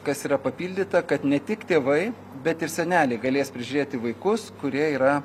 kas yra papildyta kad ne tik tėvai bet ir seneliai galės prižiūrėti vaikus kurie yra